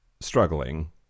struggling